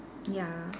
ya